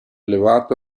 elevato